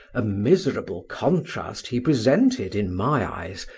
a miserable contrast he presented, in my eyes,